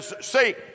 See